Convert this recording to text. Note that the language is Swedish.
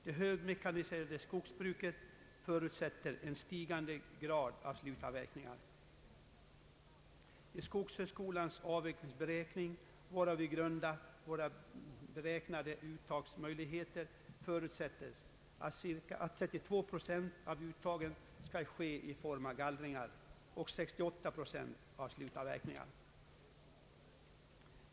Det högmekaniserade skogsbruket förutsätter en stigande grad av slutavverkningar. I skogshögskolans avverkningsberäkningar, varpå vi grundar våra uttagsmöjligheter, förutsättes att 32 procent av uttagen skall ske i form av gallringar och 68 procent i form av slutavverkningar.